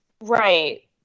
Right